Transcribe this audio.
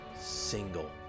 single